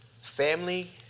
Family